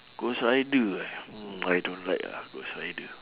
ghost rider eh no I don't like ah ghost rider